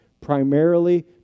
primarily